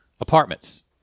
apartments